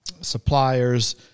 suppliers